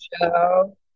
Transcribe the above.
show